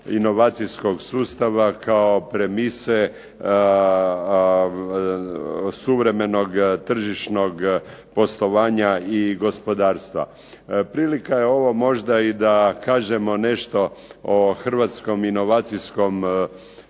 inovacijskog sustava kao premise suvremenog tržišnog poslovanja i gospodarstva. Prilika je ovo možda i da kažemo nešto o hrvatskom inovacijskom sustavu,